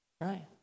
right